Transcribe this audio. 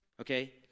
okay